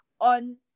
on